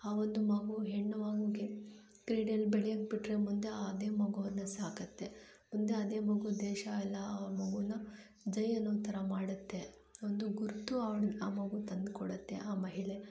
ಆ ಒಂದು ಮಗು ಹೆಣ್ಣು ಮಗುಗೆ ಕ್ರೀಡೆಯಲ್ಲಿ ಬೆಳೆಯೋಕೆ ಬಿಟ್ಟರೆ ಮುಂದೆ ಅದೇ ಮಗು ಅವ್ರನ್ನ ಸಾಕುತ್ತೆ ಮುಂದೆ ಅದೇ ಮಗು ದೇಶ ಎಲ್ಲ ಆ ಮಗುನ ಜೈ ಅನ್ನೋ ಥರ ಮಾಡುತ್ತೆ ಒಂದು ಗುರುತು ಅವ್ಲು ಆ ಮಗು ತಂದ್ಕೊಡುತ್ತೆ ಆ ಮಹಿಳೆ